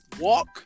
Walk